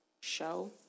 show